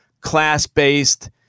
class-based